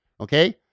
okay